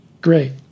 great